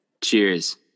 Cheers